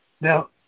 Now